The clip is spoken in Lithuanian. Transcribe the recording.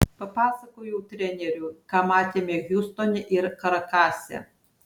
papasakojau treneriui ką matėme hjustone ir karakase